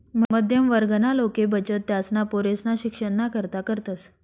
मध्यम वर्गना लोके बचत त्यासना पोरेसना शिक्षणना करता करतस